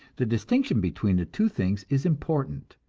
the distinction between the two things is important.